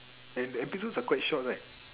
like the episodes are quite short right